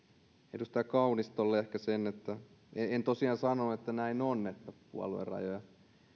edustaja kaunistolle ehkä se että en tosiaan sano että näin on että puoluerajoja